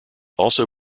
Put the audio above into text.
also